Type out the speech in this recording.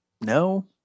no